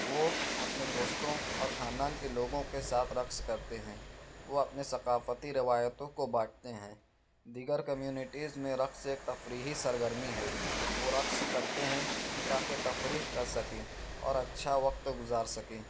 وہ اپنے دوستوں اور خاندان کے لوگوں کے ساتھ رقص کرتے ہیں وہ اپنی ثقافتی روایتوں کو بانٹتے ہیں دیگر کمیونٹیز میں رقص ایک تفریحی سرگرمی ہے وہ رقص کرتے ہیں تاکہ تفریح کر سکیں اور اچھا وقت گزار سکیں